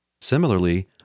Similarly